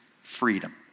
freedom